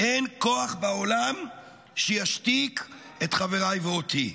אין כוח בעולם שישתיק את חבריי ואותי,